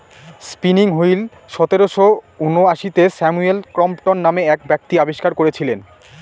spinning wheel সতেরোশো ঊনআশিতে Samuel Crompton নামে এক ব্যক্তি আবিষ্কার করেছিলেন